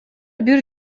бир